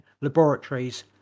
laboratories